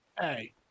Hey